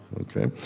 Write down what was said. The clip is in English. Okay